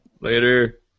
Later